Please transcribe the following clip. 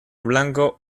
blanco